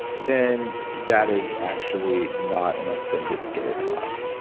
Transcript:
then that is actually not an authentic dave thought.